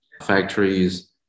factories